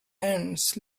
ants